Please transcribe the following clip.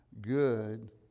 good